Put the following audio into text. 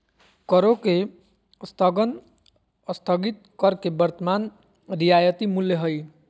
करों के स्थगन स्थगित कर के वर्तमान रियायती मूल्य हइ